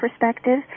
perspective